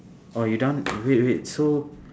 oh you done wait wait so